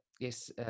Yes